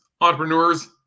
entrepreneurs